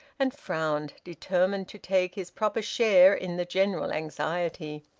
and frowned, determined to take his proper share in the general anxiety.